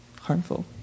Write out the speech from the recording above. harmful